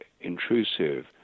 intrusive